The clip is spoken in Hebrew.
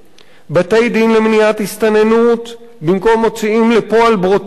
'בתי-דין למניעת הסתננות' במקום 'מוציאים לפועל ברוטליים',